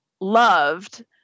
loved